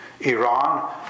Iran